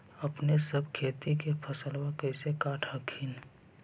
अपने सब खेती के फसलबा कैसे काट हखिन?